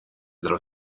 dallo